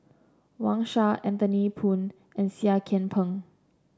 Wang Sha Anthony Poon and Seah Kian Peng